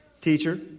Teacher